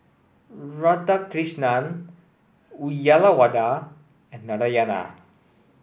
Radhakrishnan Uyyalawada and Narayana